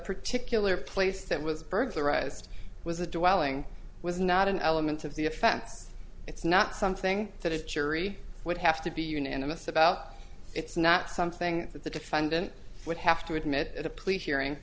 particular place that was burglarized was a dwelling was not an element of the offense it's not something that is jury would have to be unanimous about it's not something that the defendant would have to admit a plea hearing